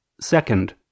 Second